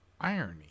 Irony